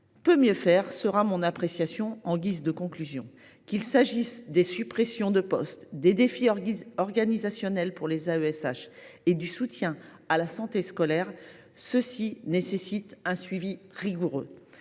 Peut mieux faire », telle sera mon appréciation en guise de conclusion. Qu’il s’agisse des suppressions de postes, des défis organisationnels pour les AESH ou du soutien à la santé scolaire, un suivi rigoureux